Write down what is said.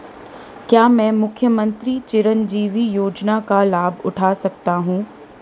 क्या मैं मुख्यमंत्री चिरंजीवी योजना का लाभ उठा सकता हूं?